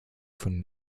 von